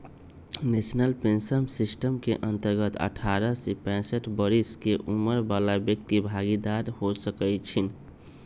national pension system के अंतर्गत अठारह से पैंसठ बरिश के उमर बला व्यक्ति भागीदार हो सकइ छीन्ह